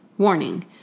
Warning